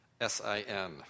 S-I-N